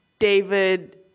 David